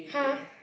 !huh!